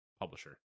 publisher